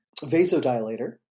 vasodilator